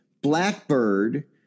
Blackbird